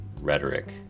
rhetoric